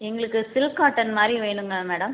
எங்களுக்கு silk cotton மாதிரி வேணுங்க மேடம்